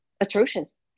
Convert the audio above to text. Atrocious